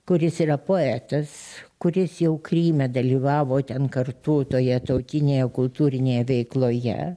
kuris yra poetas kuris jau kryme dalyvavo ten kartu toje tautinėje kultūrinėje veikloje